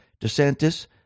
DeSantis